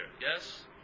yes